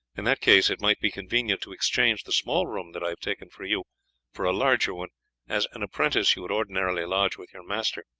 in that case it might be convenient to exchange the small room that i have taken for you for a larger one as an apprentice you would ordinarily lodge with your master,